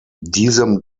diesem